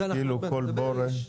כאילו, כל בורג?